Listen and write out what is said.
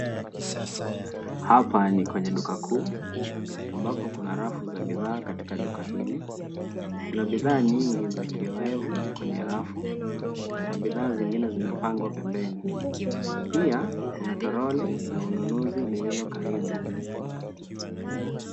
Hapa ni kwenye duka kuu ambapo kuna rafu za bidhaa katika duka hili. Kuna bidhaa nyingi za kioevu kwenye rafu na bidhaa zingine zimepangwa pembeni. Pia kuna toroli la ununuzi lililo karibu.